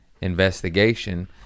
investigation